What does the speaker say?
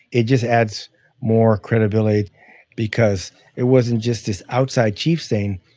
it just adds more credibility because it wasn't just this outside chief saying,